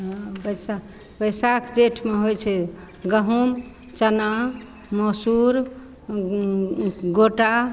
हँ बैसाख बैसाख जेठमे होइ छै गहूम चना मसूर गोटा